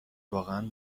واقعا